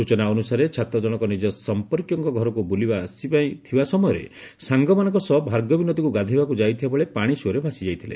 ସୂଚନା ଅନୁସାରେ ଛାତ୍ର ଜଣକ ନିଜ ସଂପର୍କୀୟଙ୍କ ଘରକୁ ବୁଲିବା ପାଇଁ ଆସିଥିବା ସମୟରେ ସାଙ୍ଗମାନଙ୍କ ସହ ଭାର୍ଗବୀ ନଦୀକୁ ଗାଧୋଇବାକୁ ଯାଇଥିବା ବେଳେ ପାଶି ସୁଅରେ ଭାସିଯାଇଥିଲେ